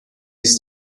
ist